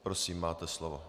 Prosím, máte slovo.